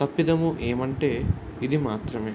తప్పిదము ఏమంటే ఇది మాత్రమే